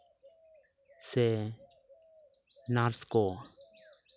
ᱥᱮ ᱱᱟᱨᱥ ᱠᱚ